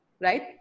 right